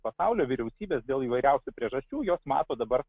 pasaulio vyriausybės dėl įvairiausių priežasčių jos mato dabar